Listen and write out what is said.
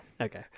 Okay